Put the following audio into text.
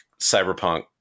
Cyberpunk